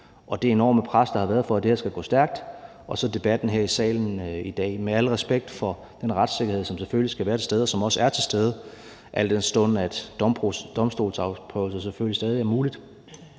og det enorme pres, der har været, for, at det her skal gå stærkt, og så debatten her i salen i dag. Med al respekt for den retssikkerhed, som selvfølgelig skal være til stede, og som også er til stede, al den stund at domstolsprøvelse selvfølgelig stadig er muligt,